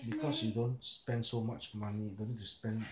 because you don't spend so much money no need to spend